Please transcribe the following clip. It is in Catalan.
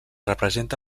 representa